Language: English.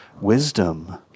wisdom